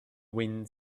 wind